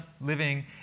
living